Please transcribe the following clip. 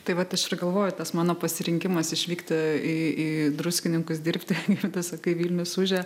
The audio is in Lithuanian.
tai vat aš ir galvoju tas mano pasirinkimas išvykti į į druskininkus dirbti ir tu sakai vilnius ūžė